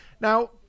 Now